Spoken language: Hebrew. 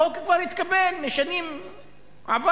החוק כבר התקבל בשנים עברו.